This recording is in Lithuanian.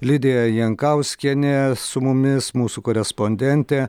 lidija jankauskienė su mumis mūsų korespondentė